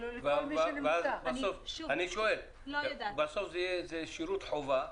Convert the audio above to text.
בסוף זה יהיה שירות חובה.